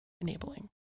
enabling